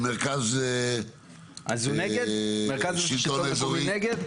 מרכז השלטון המקומי נגד?